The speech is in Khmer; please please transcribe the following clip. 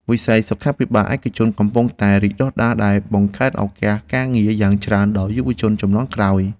វិស័យសុខាភិបាលឯកជនកំពុងតែរីកដុះដាលដែលបង្កើតឱកាសការងារយ៉ាងច្រើនដល់យុវជនជំនាន់ក្រោយ។